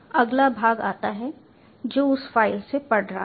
अगला भाग आता है जो उस फ़ाइल से पढ़ रहा है